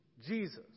Jesus